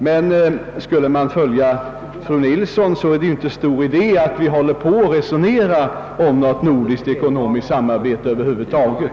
Men skulle man följa fru Nilssons rekommendationer är det ju inte stor idé att vi håller på att resonera om något nordiskt ekonomiskt samarbete över huvud taget.